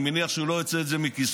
אני מניח שהוא לא הוציא את זה מכיסו,